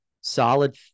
solid